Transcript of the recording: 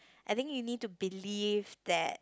I think you need to believe that